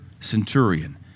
centurion